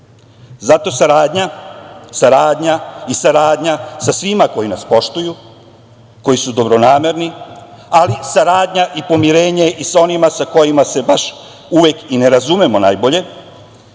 saradnja i saradnja sa svima koji nas poštuju, koji su dobronamerni, ali saradnja i pomirenje i sa onima sa kojima se baš uvek i ne razumemo najbolje.